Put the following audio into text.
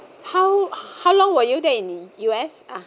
how how long were you there in U_S ah